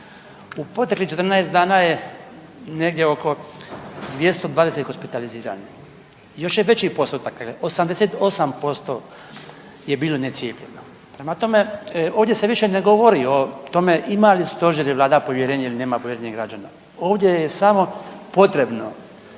U proteklih 14 dana je negdje oko 220 hospitaliziranih. Još je veći postotak, 88% je bilo necijepljeno. Prema tome, ovdje se više ne govori o tome ima li Stožer i Vlada povjerenje ili nema povjerenje građana. Ovdje je samo potrebno